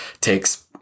takes